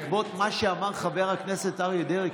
בעקבות מה שאמר חבר הכנסת אריה דרעי,